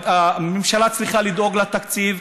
הממשלה צריכה לדאוג לתקציב,